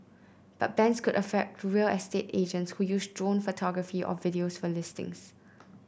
but bans could affect real estate agents who use drone photography or videos for listings